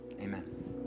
amen